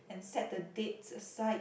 and set the date aside